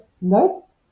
notes